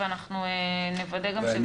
ואנחנו נוודא גם שזה קורה.